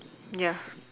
ya